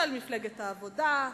של מפלגת העבודה,